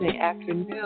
afternoon